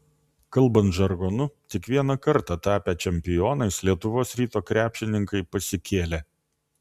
kalbant žargonu tik vieną kartą tapę čempionais lietuvos ryto krepšininkai pasikėlė